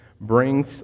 brings